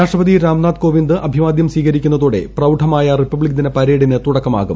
രാഷ്ട്രപതി രാംനാഥ് കോവിന്ട് അഭിവാദ്യം സ്വീകരിക്കുന്നതോടെ പ്രൌഢമായ റിപ്പബ്ലിക് ദിന പരേഡിന് തുടക്ക മാകും